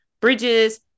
bridges